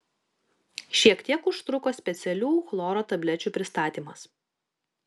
šiek tiek užtruko specialių chloro tablečių pristatymas